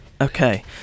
Okay